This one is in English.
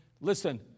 listen